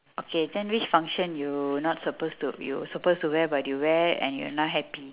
okay then which function you not supposed to you supposed to wear but you wear and you're not happy